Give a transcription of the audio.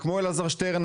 וכמו אלעזר שטרן,